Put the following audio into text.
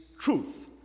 Truth